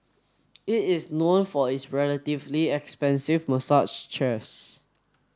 it is known for its relatively expensive massage chairs